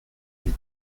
huit